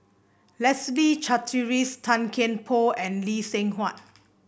Leslie Charteris Tan Kian Por and Lee Seng Huat